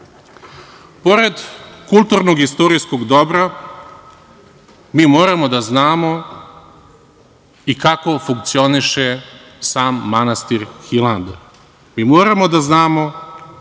kulturno-istorijskog dobra mi moramo da znamo i kako funkcioniše sam manastir Hilandar. Mi moramo da znamo